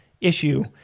issue